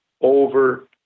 over